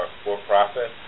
for-profit